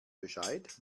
bescheid